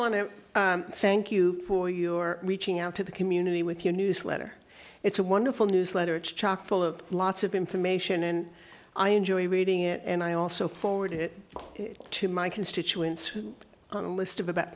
to thank you for your reaching out to the community with your newsletter it's a wonderful newsletter chock full of lots of information and i enjoy reading it and i also forward it to my constituents who on a list of about